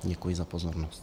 Děkuji za pozornost.